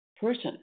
person